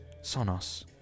Sonos